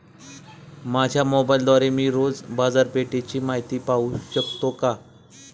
माझ्या मोबाइलद्वारे मी रोज बाजारपेठेची माहिती पाहू शकतो का?